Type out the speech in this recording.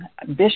Bishop